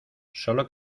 sólo